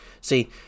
See